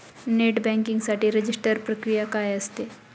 Net banking साठी register प्रक्रिया काय असते?